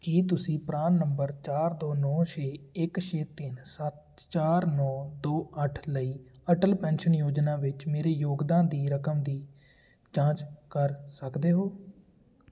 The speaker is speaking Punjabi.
ਕੀ ਤੁਸੀਂ ਪਰਾਨ ਨੰਬਰ ਚਾਰ ਦੋ ਨੌ ਛੇ ਇੱਕ ਛੇ ਤਿੰਨ ਸੱਤ ਚਾਰ ਨੌ ਦੋ ਅੱਠ ਲਈ ਅਟਲ ਪੈਨਸ਼ਨ ਯੋਜਨਾ ਵਿੱਚ ਮੇਰੇ ਯੋਗਦਾਨ ਦੀ ਰਕਮ ਦੀ ਜਾਂਚ ਕਰ ਸਕਦੇ ਹੋ